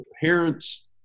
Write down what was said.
parents